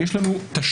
יש לנו תשתיות